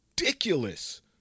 ridiculous